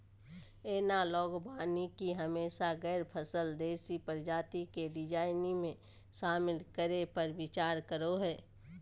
analogue वानिकी हमेशा गैर फसल देशी प्रजाति के डिजाइन में, शामिल करै पर विचार करो हइ